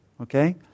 Okay